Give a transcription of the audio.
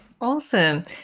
Awesome